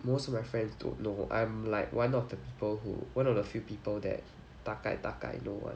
most of my friends don't know I'm like one of the people who one of the few people that 大概大概 know [one]